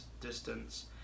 distance